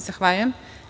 Zahvaljujem.